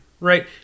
Right